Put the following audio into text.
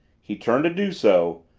he turned to do so.